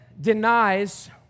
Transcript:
denies